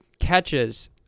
catches